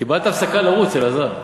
קיבלת הפסקה לרוץ, אלעזר,